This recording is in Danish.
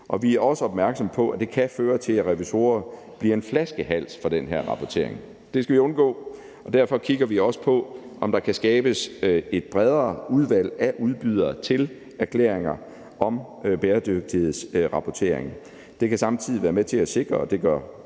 Og vi er også opmærksomme på, at det kan føre til, at revisorer bliver en flaskehals for den her rapportering. Det skal vi undgå, og derfor kigger vi også på, om der kan skabes et bredere udvalg af udbydere af erklæringer om bæredygtighedsrapportering. Det kan samtidig være med til at sikre, og det gør